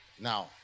Now